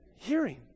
Hearing